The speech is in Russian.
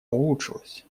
улучшилась